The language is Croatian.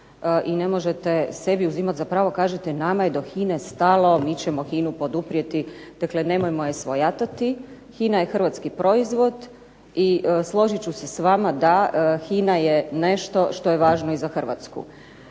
i ne možete sebi uzimati za pravo. Kažete nama je do HINA-e stalo, mi ćemo HINA-u poduprijeti. Dakle, nemojmo je svojatati. HINA je hrvatski proizvod i složit ću se s vama da, HINA je nešto što je važno i za Hrvatsku.